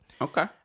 Okay